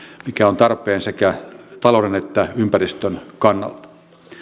mikä on tarpeen sekä talouden että ympäristön kannalta